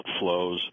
outflows